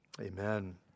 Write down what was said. Amen